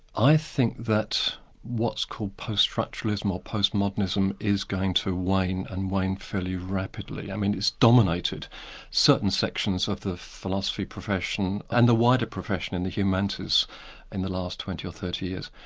i think that what's called post-structuralism or postmodernism is going to wane and wane fairly rapidly. i mean it's dominated certain sections of the philosophy profession and the wider profession in the humanities in the last twenty or thirty years.